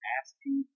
asking